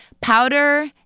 Powder